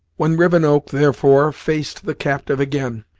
when rivenoak, therefore, faced the captive again,